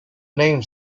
name